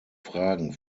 fragen